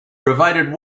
provided